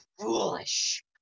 foolish